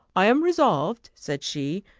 i am resolved, said she,